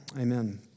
Amen